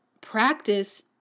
practice